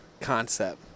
concept